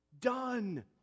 done